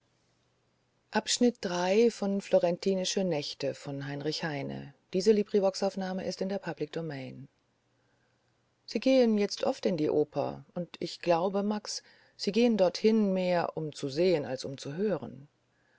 sie gehen jetzt oft in die oper und ich glaube max sie gehen dorthin mehr um zu sehen als um zu hören